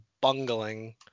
bungling